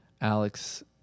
Alex